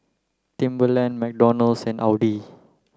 Timberland McDonald's and Audi